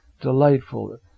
delightful